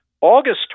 August